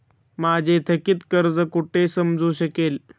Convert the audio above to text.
माझे थकीत कर्ज कुठे समजू शकेल?